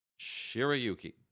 Shirayuki